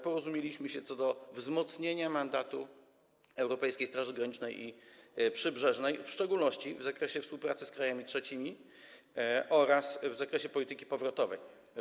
Porozumieliśmy się co do wzmocnienia mandatu Europejskiej Straży Granicznej i Przybrzeżnej, w szczególności w zakresie współpracy z krajami trzecimi oraz w zakresie polityki powrotowej.